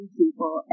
people